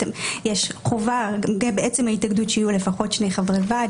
יש חובה בעצם ההתאגדות שיהיו לפחות שני חברי וועד.